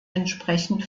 entsprechend